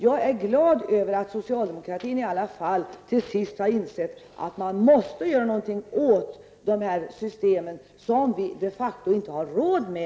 Jag är glad över att socialdemokratin i alla fall till sist har insett att man måste göra någonting åt de här systemen, vars alla utvikningar vi de facto inte har råd med.